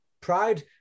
pride